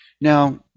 Now